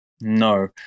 No